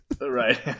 Right